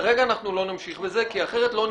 כרגע לא נמשיך בזה כי אחרת לא נגמור.